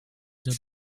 the